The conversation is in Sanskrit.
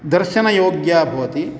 दर्शनयोग्या भवति